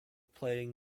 playing